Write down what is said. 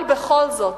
אבל בכל זאת,